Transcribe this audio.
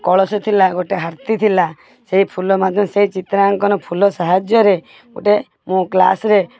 କଳସ ଥିଲା ଗୋଟେ ହାତୀ ଥିଲା ସେଇ ଫୁଲ ମୋତେ ସେଇ ଚିତ୍ରାଙ୍କନ ଫୁଲ ସାହାଯ୍ୟରେ ଗୋଟେ ମୁଁ କ୍ଲାସ୍ରେ